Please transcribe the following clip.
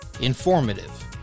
Informative